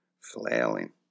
flailing